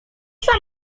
sam